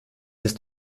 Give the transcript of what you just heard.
ist